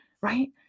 right